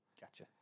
Gotcha